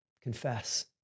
Confess